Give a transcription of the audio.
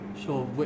Sure